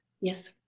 Yes